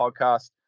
podcast